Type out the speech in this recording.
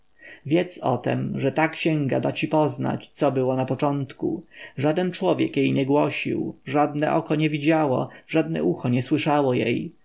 o tem że ta księga da ci poznać co było na początku żaden człowiek jej nie głosił żadne oko nie widziało żadne ucho nie słyszało jej